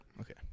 Okay